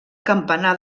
campanar